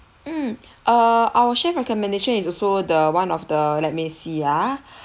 mm uh our chef recommendation is also the one of the let me see ah